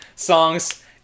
songs